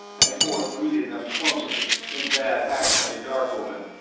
and forth greeted them clumsily, in bad accented darkovan,